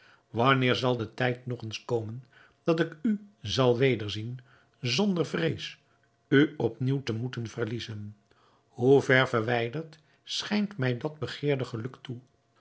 wanneer zal de tijd nog eens komen dat ik u zal wederzien zonder vrees u op nieuw te moeten verliezen hoe ver verwijderd schijnt mij dat begeerde geluk toe